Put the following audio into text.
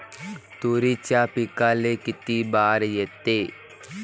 तुरीच्या पिकाले किती बार येते?